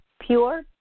pure